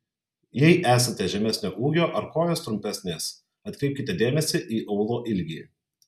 jei esate žemesnio ūgio ar kojos trumpesnės atkreipkite dėmesį į aulo ilgį